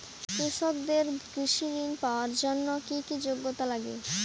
কৃষকদের কৃষি ঋণ পাওয়ার জন্য কী কী যোগ্যতা লাগে?